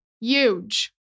Huge